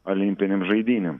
olimpinėm žaidynėm